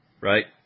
Right